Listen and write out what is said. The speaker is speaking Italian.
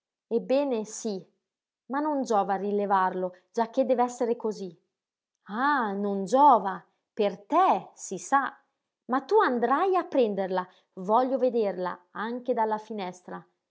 ebbene sí ma non giova rilevarlo giacché dev'essere cosí ah non giova per te si sa ma tu andrai a prenderla voglio vederla anche dalla finestra